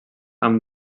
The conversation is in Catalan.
amb